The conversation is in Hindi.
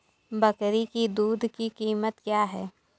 बकरी की दूध की कीमत क्या है?